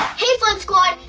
hey fun squad!